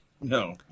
No